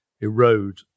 erode